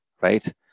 right